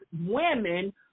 women